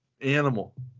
animal